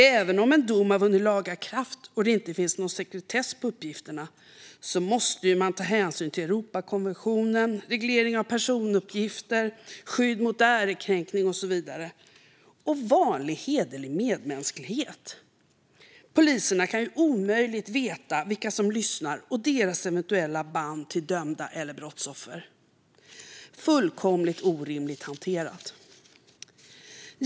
Även om en dom vunnit laga kraft och det inte finns någon sekretess på uppgifterna måste man ta hänsyn till Europakonventionen, regleringen av personuppgifter, skydd mot ärekränkning och så vidare - liksom vanlig hederlig medmänsklighet. Poliserna kan ju omöjligt veta vilka som lyssnar och deras eventuella band till dömda eller brottsoffer. Detta är fullkomligt orimligt hanterat.